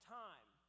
time